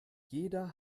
jeder